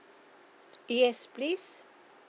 yes please